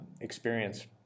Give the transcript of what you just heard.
experience